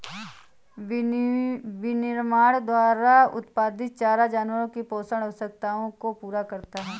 विनिर्माण द्वारा उत्पादित चारा जानवरों की पोषण आवश्यकताओं को पूरा करता है